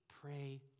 pray